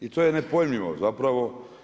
I to je nepojmljivo zapravo.